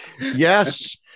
Yes